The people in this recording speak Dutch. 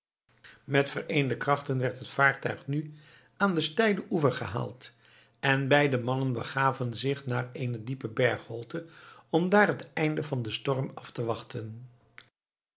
met vereende krachten werd het vaartuig nu aan den steilen oever gehaald en beide mannen begaven zich naar eene diepe bergholte om daar het einde van den storm af te wachten